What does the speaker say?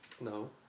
No